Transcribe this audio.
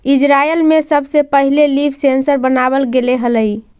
Israel में सबसे पहिले लीफ सेंसर बनाबल गेले हलई